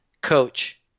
coach